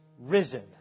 risen